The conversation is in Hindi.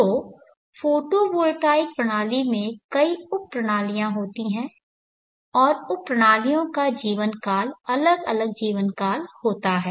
तो फोटो वोल्टाइक प्रणाली में कई उप प्रणालियां होती हैं और उप प्रणालियों का जीवनकाल अलग अलग जीवन काल होता है